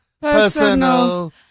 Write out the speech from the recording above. personal